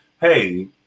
hey